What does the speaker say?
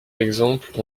d’exemples